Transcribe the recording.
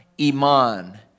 Iman